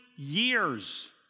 years